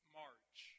march